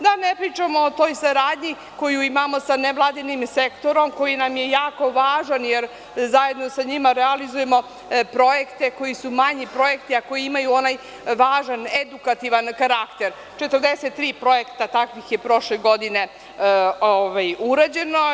Da ne pričamo o toj saradnji koju imamo sa nevladinim sektorom, koji nam je jako važan, jer zajedno sa njima realizujemo projekte koji su manji projekti, a koji imaju onaj važan edukativni karakter, 43 takvih projekata je prošle godine urađeno.